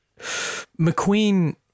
McQueen